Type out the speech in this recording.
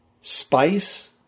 spice